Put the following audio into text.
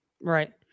Right